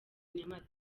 nyamata